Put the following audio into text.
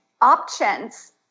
options